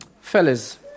Fellas